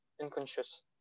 unconscious